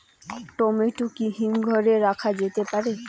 Tomato কি হিমঘর এ রাখা যেতে পারে?